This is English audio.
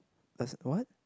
as what